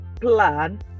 plan